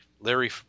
Larry